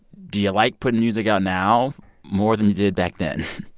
do you like putting music out now more than you did back then?